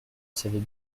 savait